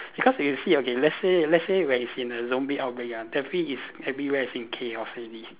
because you see okay let's say let's say when it's in a zombie outbreak ah definitely is everywhere is in chaos already